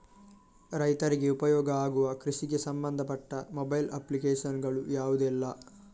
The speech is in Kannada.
ರೈತರಿಗೆ ಉಪಯೋಗ ಆಗುವ ಕೃಷಿಗೆ ಸಂಬಂಧಪಟ್ಟ ಮೊಬೈಲ್ ಅಪ್ಲಿಕೇಶನ್ ಗಳು ಯಾವುದೆಲ್ಲ?